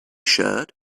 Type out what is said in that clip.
shared